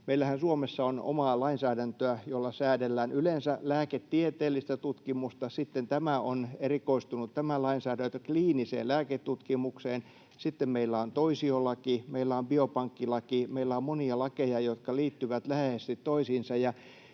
Meillähän on Suomessa omaa lainsäädäntöä, jolla säädellään lääketieteellistä tutkimusta yleensä, sitten tämä lainsäädäntö on erikoistunut kliiniseen lääketutkimukseen, sitten meillä on toisiolaki, meillä on biopankkilaki. Meillä on monia lakeja, jotka liittyvät läheisesti toisiinsa,